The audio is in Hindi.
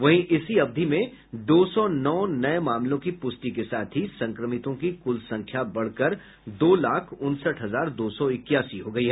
वहीं इसी अवधि में दो सौ नौ नये मामलों की पुष्टि के साथ ही संक्रमितों की कुल संख्या बढ़कर दो लाख उनसठ हजार दो सौ इक्यासी हो गयी